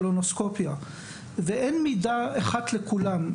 אין מידה אחת לכולם.